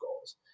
goals